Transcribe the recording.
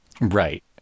Right